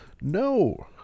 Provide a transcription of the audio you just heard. No